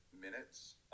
minutes